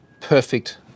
perfect